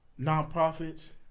Nonprofits